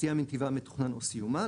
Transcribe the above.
סטייה מנתיבה המתוכנן או סיומה,